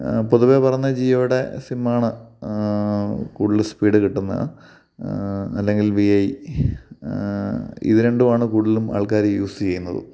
പൊതുവെ പറയുന്നത് ജിയോയുടെ സിമ്മാണ് കൂടുതല് സ്പീഡ് കിട്ടുന്ന അല്ലെങ്കിൽ വി ഐ ഇത് രണ്ടുമാണ് കൂടുതലും ആൾക്കാര് യൂസ്യ്യുന്നതും